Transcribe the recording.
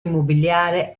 immobiliare